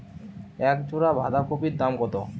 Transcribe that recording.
এক জোড়া বাঁধাকপির দাম কত?